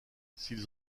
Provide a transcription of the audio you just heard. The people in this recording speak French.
s’ils